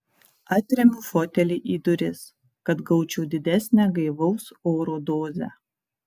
atremiu fotelį į duris kad gaučiau didesnę gaivaus oro dozę